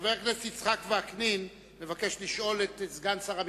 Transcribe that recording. חבר הכנסת יצחק וקנין מבקש לשאול את סגן שר הביטחון.